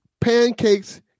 pancakes